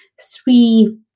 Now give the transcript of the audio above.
three